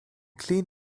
clean